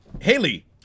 Haley